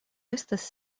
estas